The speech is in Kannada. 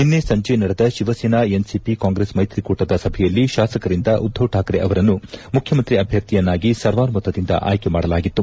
ನಿನ್ನೆ ಸಂಜೆ ನಡೆದ ಶಿವಸೇನಾ ಎನ್ಸಿಪಿ ಕಾಂಗ್ರೆಸ್ ಮೈತ್ರಿಕೂಟದ ಸಭೆಯಲ್ಲಿ ಶಾಸಕರು ಉದ್ಲವ್ ಶಾಕ್ರೆ ಅವರನ್ನು ಮುಖ್ಯಮಂತ್ರಿ ಅಭ್ಯರ್ಥಿಯನ್ನಾಗಿ ಸರ್ವಾನುಮತದಿಂದ ಆಯ್ಲೆ ಮಾಡಲಾಗಿತ್ತು